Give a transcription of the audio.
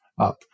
up